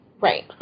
Right